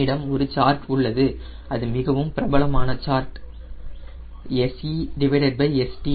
என்னிடம் ஒரு சார்ட் உள்ளது அது மிகவும் பிரபலமான சார்ட் SeSt